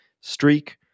streak